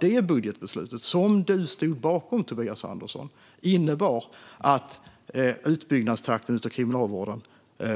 Det budgetbeslutet, som du stod bakom, Tobias Andersson, innebar att utbyggnadstakten för kriminalvården